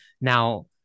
now